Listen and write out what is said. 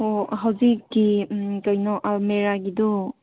ꯑꯣ ꯍꯧꯖꯤꯛꯀꯤ ꯀꯩꯅꯣ ꯃꯦꯔꯥꯒꯤꯗꯣ